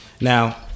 Now